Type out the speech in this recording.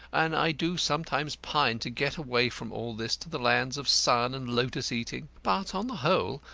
and i do sometimes pine to get away from all this to the lands of sun and lotus-eating. but, on the whole,